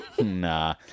Nah